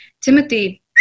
Timothy